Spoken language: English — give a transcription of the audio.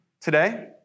today